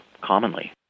commonly